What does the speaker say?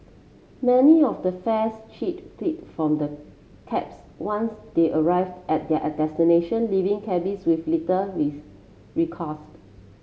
many of the fare cheat flee from the cabs once they arrive at their destination leaving cabbies with little